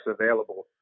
available